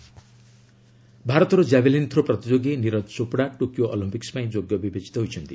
javelin ନୀରକ୍ ଭାରତର javelin throw ପ୍ରତିଯୋଗୀ ନିରଜ ଚୋପ୍ଡା ଟୋକିଓ ଅଲିମ୍ପିକ୍ ପାଇଁ ଯୋଗ୍ୟ ବିବେଚିତ ହୋଇଛନ୍ତି